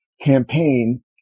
campaign